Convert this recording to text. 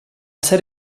cert